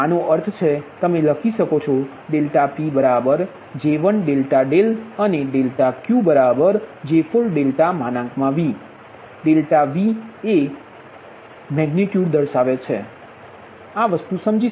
તેથી તેનો અર્થ છે કે તમે લખી શકો છો ∆PJ1∆δ અને ∆QJ4∆V ની તીવ્રતા ∆Vછે તે સમજી શકાય